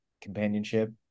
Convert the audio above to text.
companionship